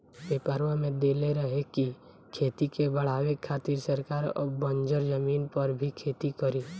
पेपरवा में देले रहे की खेती के बढ़ावे खातिर सरकार अब बंजर जमीन पर भी खेती करी